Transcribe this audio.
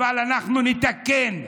אבל אנחנו נתקן,